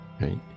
right